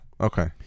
okay